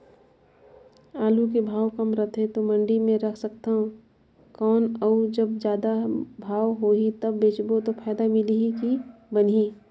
आलू के भाव कम रथे तो मंडी मे रख सकथव कौन अउ जब जादा भाव होही तब बेचबो तो फायदा मिलही की बनही?